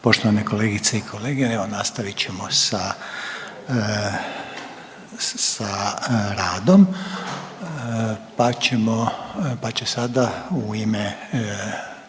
Poštovane kolegice i kolege, evo nastavit ćemo sa radom pa ćemo, pa će sada u ime